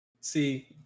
See